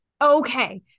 Okay